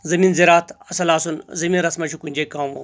زمیٖن ذرعت اصٕل آسُن زمیٖن رژھ مہ چھِ کُنہِ جایہِ کم وم